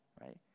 right